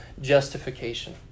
justification